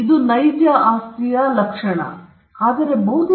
ಆದ್ದರಿಂದ ನಮಗೆ ನಿಜವಾದ ಆಸ್ತಿಯನ್ನು ಹೇಳುತ್ತದೆ ಅದು ಸಂತೋಷದ ಮೇಲೆ ಮಿತಿಯಾಗಿದೆ